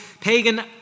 pagan